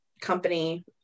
company